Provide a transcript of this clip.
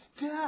death